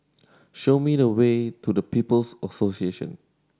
show me the way to the People's Association